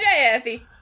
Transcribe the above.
Jeffy